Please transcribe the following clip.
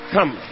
Come